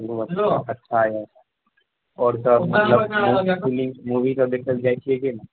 चलू अच्छा यऽ तऽ आओरसभ मतलब मूवीसभ देखयलऽ जाइत छियै की नहि